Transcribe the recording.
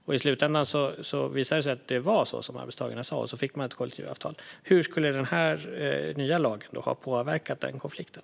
I slutänden visade det sig att det var som arbetstagarna sa, och man fick ett kollektivavtal. Hur skulle den här nya lagen ha kunnat påverka den konflikten?